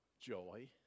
joy